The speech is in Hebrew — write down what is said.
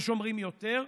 ויש אומרים שיותר,